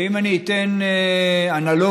ואם אני אתן אנלוגיה: